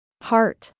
Heart